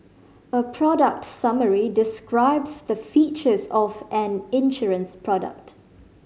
a product summary describes the features of an insurance product